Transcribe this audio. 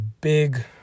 big